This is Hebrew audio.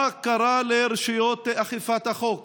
מה קרה לרשויות אכיפת החוק?